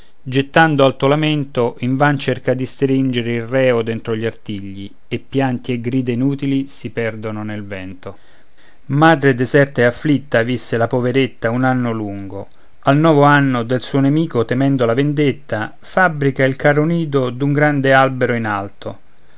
gettando alto lamento invan cerca di stringere il reo dentro gli artigli e pianti e grida inutili si perdono nel vento madre deserta e afflitta visse la poveretta un anno lungo al novo anno del suo nemico temendo la vendetta fabbrica il caro nido d'un grande albero in alto